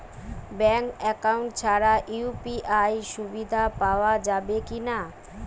Bank account ছাড়া UPI সুবিধা পাওয়া যাবে কি না?